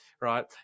right